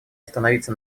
остановиться